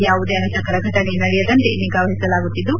ಯಾವುದೇ ಅಹಿತಕರ ಫಟನೆ ನಡೆಯದಂತೆ ನಿಗಾ ವಹಿಸಲಾಗುತ್ತಿದ್ದು